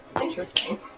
Interesting